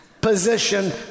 position